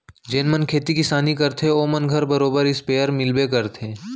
जेन मन खेती किसानी करथे ओ मन घर बरोबर इस्पेयर मिलबे करथे